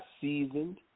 seasoned